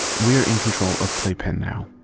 we're in control of playpen now.